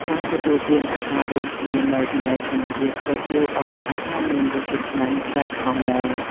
ការទទួលទានអាហាររួមគ្នានៅកន្លែងធម្មជាតិក៏ជួយឲ្យអាហារមានរសជាតិឆ្ងាញ់ប្លែកផងដែរ។